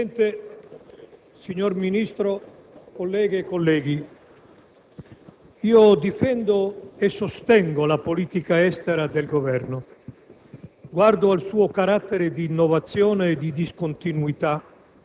onorevole Ministro e onorevoli colleghi, comunicando che, a nome del Gruppo Per le Autonomie, ho firmato con convinzione la mozione di maggioranza che approva la relazione del Ministro degli esteri